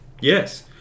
yes